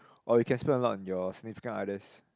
or you can spend a lot on your significant others